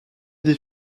des